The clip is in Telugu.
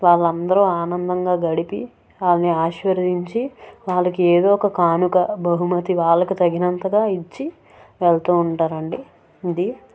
వాళ్ళందరూ ఆనందంగా గడిపి వాళ్ళని ఆశీర్వదించి వాళ్ళకి ఏదో ఒక కానుక బహుమతి వాళ్ళకు తగినంతగా ఇచ్చి వెళ్తూ ఉంటారండీ ఇది